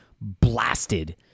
blasted